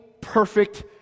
perfect